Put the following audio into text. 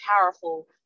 powerful